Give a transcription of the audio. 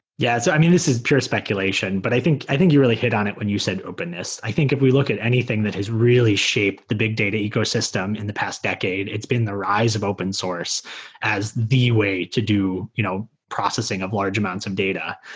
yeah. so i mean, this is pure speculation, but i think i think you really hit on it when you said openness. i think if we look at anything that has really shaped the big data ecosystem in the past decade, it's been the rise of open source as the way to do you know processing of large amounts of data.